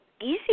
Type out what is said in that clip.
easy